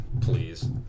Please